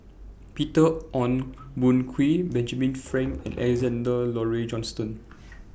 Peter Ong Boon Kwee Benjamin Frank and Alexander Laurie Johnston